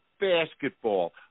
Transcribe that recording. basketball